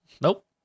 Nope